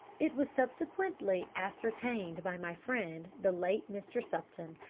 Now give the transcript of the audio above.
it was subsequently ascertained, by my friend the late mr. supton,